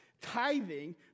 tithing